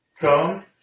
come